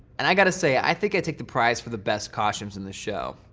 and i've got to say, i think i take the prize for the best costumes in the show.